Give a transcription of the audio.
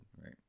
right